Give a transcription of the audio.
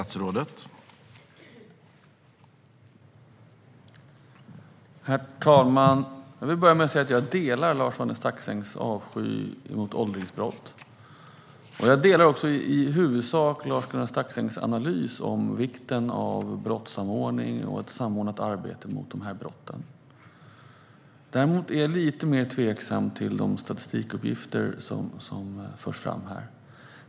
Herr talman! Jag delar Lars-Arne Staxängs avsky mot åldringsbrott. Jag delar också i huvudsak hans analys av vikten av brottssamordning och ett samordnat arbete mot dessa brott. Däremot är jag lite mer tveksam till de statistikuppgifter som förs fram här.